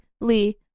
Lee